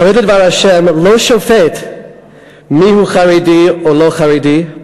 חרד לדבר ה' לא שופט מיהו חרדי או לא חרדי,